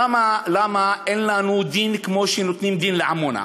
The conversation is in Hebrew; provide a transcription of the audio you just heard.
למה אין לנו דין כמו שעושים דין לעמונה?